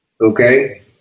okay